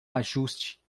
ajuste